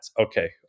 okay